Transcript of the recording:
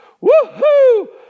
Woo-hoo